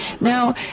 Now